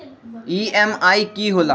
EMI की होला?